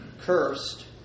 Cursed